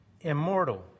immortal